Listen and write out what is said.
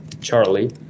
Charlie